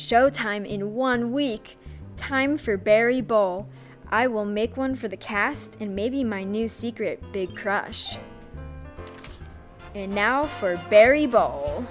show time in one week time for barry bull i will make one for the cast and maybe my new secret big crush and now for barry b